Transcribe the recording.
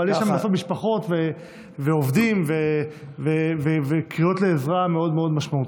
אבל יש שם משפחות ועובדים וקריאות לעזרה מאוד מאוד משמעותיות.